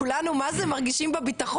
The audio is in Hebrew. כולנו מה זה מרגישים בביטחון.